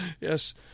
Yes